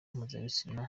mpuzabitsina